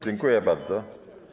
Dziękuję bardzo.